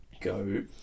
go